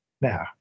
now